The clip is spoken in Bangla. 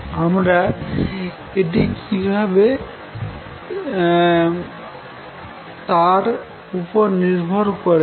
আমরা এটি কিভাবে তার উপর নির্ভর করে না